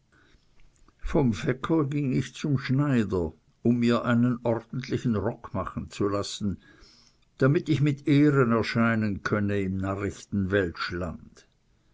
vom fecker ging ich zum schneider um mir einen ordentlichen rock machen zu lassen damit ich mit ehren erscheinen könne im